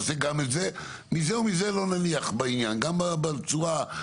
בכל מקרה, לא נניח לעניין הזה.